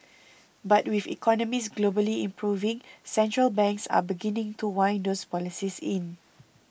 but with economies globally improving central banks are beginning to wind those policies in